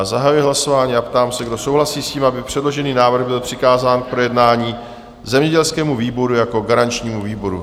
Zahajuji hlasování a ptám se, kdo souhlasí s tím, aby předložený návrh byl přikázán k projednání zemědělskému výboru jako garančnímu výboru?